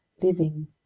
living